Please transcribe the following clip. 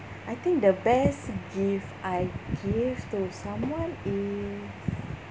I think the best gift I gave to someone is